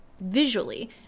visually